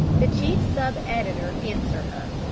the chief sub-editor answered her.